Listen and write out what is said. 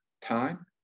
time